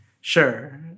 Sure